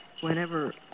Whenever